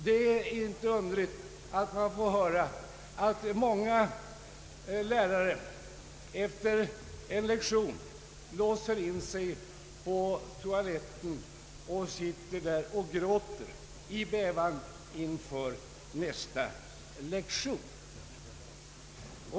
Det är inte underligt att man får höra att många lärare efier en lektion låser in sig på toaletten och sitter där och gråter i bävan inför nästa lektion.